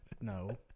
No